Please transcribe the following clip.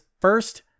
first